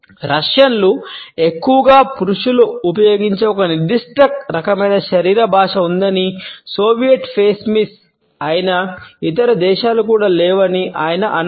రష్యన్లు ఎక్కువగా పురుషులు ఉపయోగించే ఒక నిర్దిష్ట రకమైన శరీర భాష ఉందని సోవియట్ ఫేస్ మిస్ అయిన ఇతర దేశాలు కూడా లేవని ఆయన అన్నారు